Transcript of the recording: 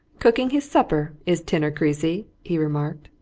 cooking his supper, is tinner creasy! he remarked.